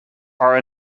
are